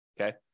Okay